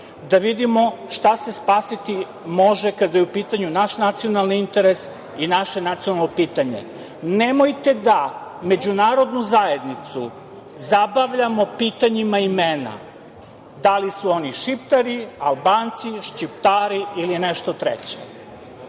da vidimo šta se spasiti može kada je u pitanju naš nacionalni interes i naše nacionalno pitanje. Nemojte da međunarodnu zajednicu zabavljamo pitanjima imena, da li su oni Šiptari, Albanci, Šćiptari ili nešto treće.